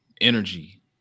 energy